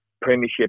Premiership